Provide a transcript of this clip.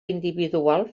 individual